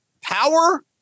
power